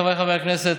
חבריי חברי הכנסת,